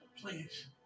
Please